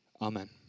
Amen